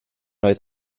oedd